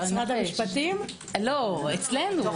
אצלנו.